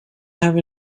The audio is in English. have